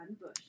Bush